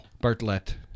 Bartlett